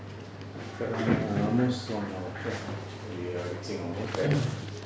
almost one hour ya we are reaching almost there